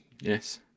Yes